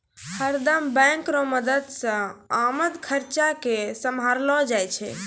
हरदम बैंक रो मदद से आमद खर्चा के सम्हारलो जाय छै